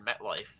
MetLife